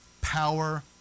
power